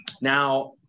Now